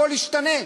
הכול ישתנה,